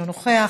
אינו נוכח,